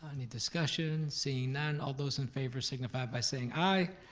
any discussions, seeing none, all those in favor signify by saying aye.